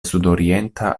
sudorienta